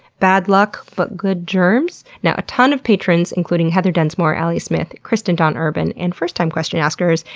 bad luck, but good germs? now, a ton of patrons, including heather densmore, aly smith, kristin dawn urban, and first-time question-askers,